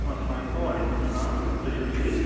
اسلام علیکُم وعلیکُم سلام تُہۍ چھِو حَظ ٹھیٖکھ